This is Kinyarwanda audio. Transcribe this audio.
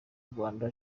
rwanda